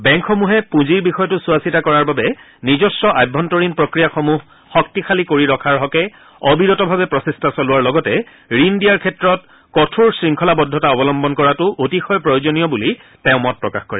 বেংকসমূহে পুঁজিৰ বিষয়টো চোৱা চিতা কৰাৰ বাবে নিজস্ব আভ্যন্তৰীণ প্ৰক্ৰিয়াসমূহ শক্তিশালী কৰি ৰখাৰ হকে অবিৰতভাৱে প্ৰচেষ্টা চলোৱাৰ লগতে ঋণ দিয়াৰ ক্ষেত্ৰত কঠোৰ শৃংখলাবদ্ধতা অৱলম্বন কৰাটো অতিশয় প্ৰয়োজনীয় বুলি তেওঁ মত প্ৰকাশ কৰে